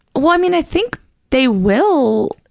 well, i mean, i think they will,